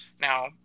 Now